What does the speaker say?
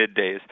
middays